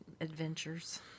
adventures